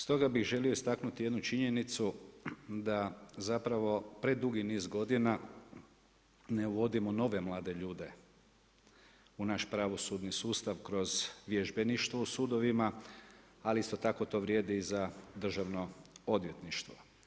Stoga, bi želio istaknuti jednu činjenicu, da zapravo predugi niz godina, ne uvodimo nove mlade ljude u naš pravosudni sustav kroz vježebništvo u sudovima, ali isto tako to vrijedi i za Državno odvjetništvo.